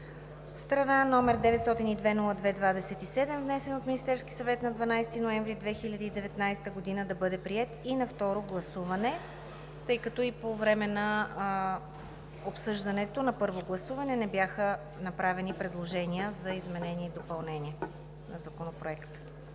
друга, № 902-02-27, внесен от Министерския съвет на 12 ноември 2019 г. да бъде приет и на второ гласуване, тъй като и по време на обсъждането на първо гласуване не бяха направени предложения за изменение и допълнение на Законопроекта.